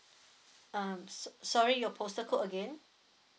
um sorry your postal code again